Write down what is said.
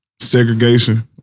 segregation